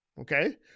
Okay